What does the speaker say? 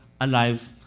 alive